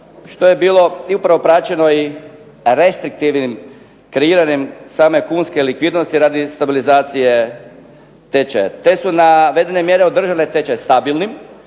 što je bilo i propraćeno i restriktivnim kreiranjem same kunske likvidnosti radi stabilizacije tečaja. Te su navedene mjere održale tečaj stabilnim,